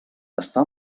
està